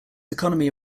economy